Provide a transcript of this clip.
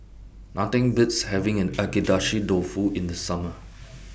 Nothing Beats having Agedashi Dofu in The Summer